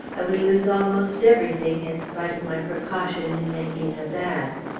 i would lose almost everything in spite of my precaution in making a bag.